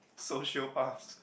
sociopaths